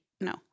No